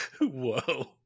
Whoa